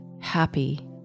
happy